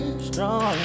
strong